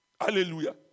Hallelujah